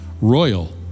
Royal